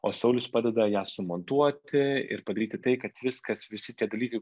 o saulius padeda ją sumontuoti ir padaryti tai kad viskas visi tie dalykai